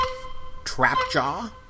Trapjaw